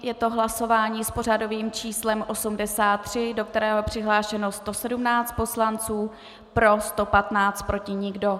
Je to hlasování pořadové číslo 83, do kterého je přihlášeno 117 poslanců, pro 115, proti nikdo.